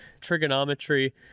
trigonometry